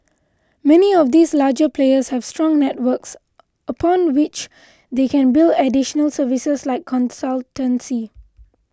many of these larger players have strong networks upon which they can build additional services like consultancy